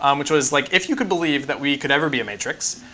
um which was like, if you could believe that we could ever be a matrix,